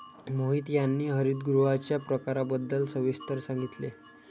मोहित यांनी हरितगृहांच्या प्रकारांबद्दल सविस्तर सांगितले